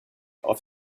off